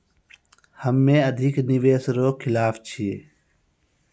हम्मे अधिक निवेश रो खिलाफ छियै